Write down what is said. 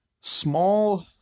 small